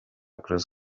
cruz